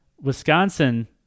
Wisconsin